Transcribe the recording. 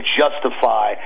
justify